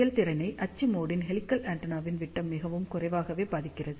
செயல்திறனை அச்சு மோட் ன் ஹெலிகல் ஆண்டெனாவின் விட்டம் மிகவும் குறைவாகவே பாதிக்கிறது